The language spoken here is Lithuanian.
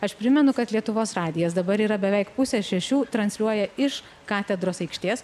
aš primenu kad lietuvos radijas dabar yra beveik pusė šešių transliuoja iš katedros aikštės